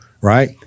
right